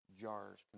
jars